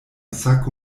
sako